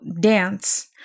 dance